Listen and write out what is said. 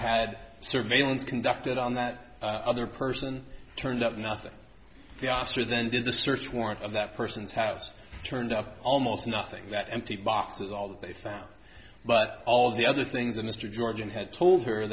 had surveillance conducted on that other person turned up nothing the officer then did a search warrant on that person's house turned up almost nothing that empty boxes all that they found but all the other things that mr jordan had told her